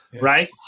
right